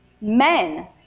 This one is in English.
men